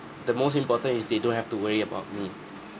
the most important is they don't have to worry about me